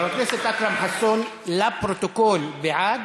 חבר הכנסת אכרם חסון, לפרוטוקול, בעד,